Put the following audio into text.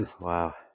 wow